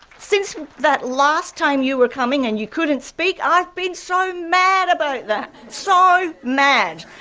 since that last time you were coming and you couldn't speak, i've been so mad about that, so mad.